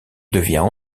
devient